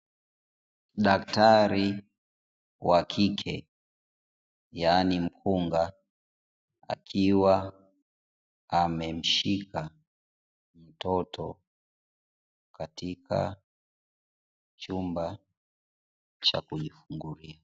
Daktari wa kike yaani mkunga, akiwa amemshika mtoto katika chumba cha kujifungulia.